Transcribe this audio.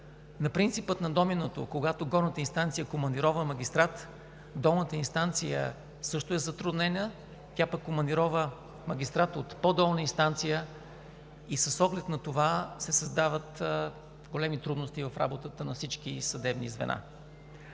На принципа на доминото, когато горната инстанция командирова магистрат, долната инстанция също е затруднена – тя пък командирова магистрат от по-долна инстанция и с оглед на това се създават големи трудности в работата на всички съдебни звена.